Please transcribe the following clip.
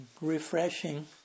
refreshing